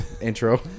intro